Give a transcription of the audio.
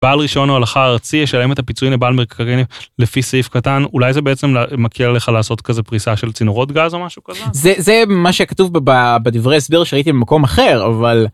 בעל רישיון ההולכה הארצי ישלם את הפיצויים לבעל מקרים לפי סעיף קטן אולי זה בעצם מקל לך לעשות כזה פריסה של צינורות גז או משהו כזה? זה מה שכתוב בדברי ההסבר שראיתי במקום אחר אבל.